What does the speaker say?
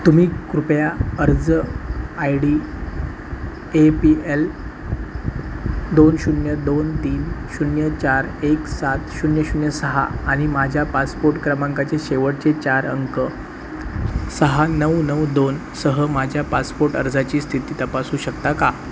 तुम्ही कृपया अर्ज I D A P L दोन शून्य दोन तीन शून्य चार एक सात शून्य शून्य सहा आणि माझ्या पासपोर्ट क्रमांकाचे शेवटचे चार अंक सहा नऊ नऊ दोन सह माझ्या पासपोर्ट अर्जाची स्थिती तपासू शकता का